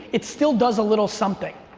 it still does a little something,